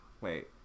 wait